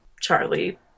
Charlie